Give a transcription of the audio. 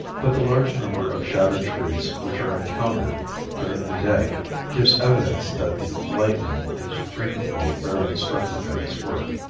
but the large number of shattered trees which are encountered during the day give evidence that the lightning is frequently very destructive in its work.